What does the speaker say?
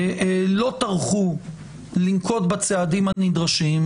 לא טרחו לנקוט בצעדים הנדרשים,